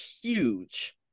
huge